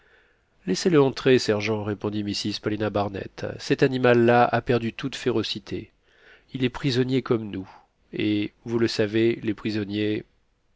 laissez-le entrer sergent répondit mrs paulina barnett cet animal-là a perdu toute férocité il est prisonnier comme nous et vous le savez les prisonniers